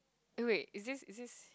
eh wait is this is this